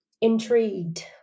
intrigued